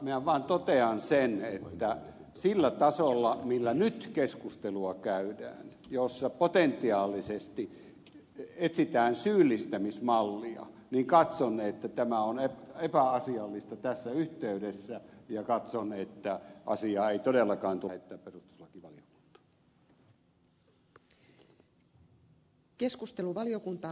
minä vaan totean sen että sillä tasolla millä nyt keskustelua käydään jossa potentiaalisesti etsitään syyllistämismallia katson että tämä on epäasiallista tässä yhteydessä ja katson että asiaa ei todellakaan tule lähettää perustuslakivaliokuntaan